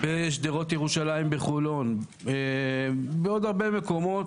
בשדרות ירושלים בחולון ובעוד הרבה מקומות